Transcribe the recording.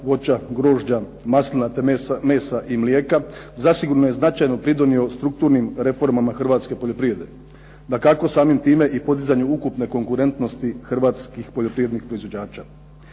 voća, grožđa, maslina, te mesa i mlijeka, zasigurno je značajno pridonio strukturnim reformama hrvatske poljoprivrede. Dakako samim time i podizanju ukupne konkurentnosti hrvatskih poljoprivrednih proizvođača.